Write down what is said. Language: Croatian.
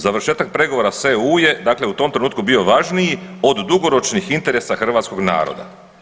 Završetak pregovora s EU je dakle u tom trenutku bio važniji od dugoročnih interesa hrvatskoga naroda.